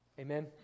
Amen